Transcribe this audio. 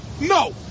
No